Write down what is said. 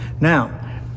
Now